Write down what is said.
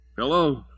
Hello